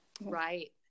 Right